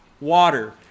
water